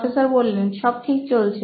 professor সব ঠিক চলছে